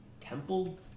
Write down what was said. temple